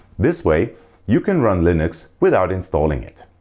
this way you can run linux without installing it.